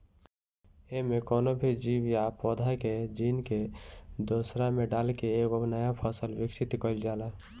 एमे कवनो भी जीव या पौधा के जीन के दूसरा में डाल के एगो नया फसल विकसित कईल जाला